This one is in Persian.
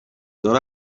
داره